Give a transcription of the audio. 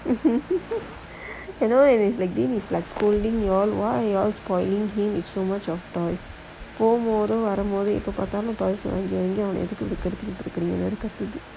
you know and if the game is like scolding you all why you all spoiling him with so much of toys போகும் போதும் வரும்போதும் எப்ப பாத்தாலும்:pogum pothum varum pothum eppa paathalum toys வாங்கி வாங்கி ஏன் அவன கெடுத்துட்டு இருக்கீங்க:vaangi vaangi yaen avana keduthuttu irukeenga